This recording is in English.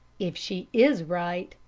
if she is right,